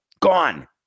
Gone